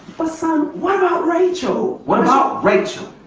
but son, what about rachel? what about rachel?